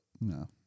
No